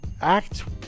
act